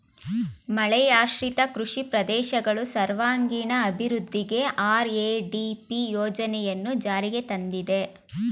ಮಳೆಯಾಶ್ರಿತ ಕೃಷಿ ಪ್ರದೇಶಗಳು ಸರ್ವಾಂಗೀಣ ಅಭಿವೃದ್ಧಿಗೆ ಆರ್.ಎ.ಡಿ.ಪಿ ಯೋಜನೆಯನ್ನು ಜಾರಿಗೆ ತಂದಿದೆ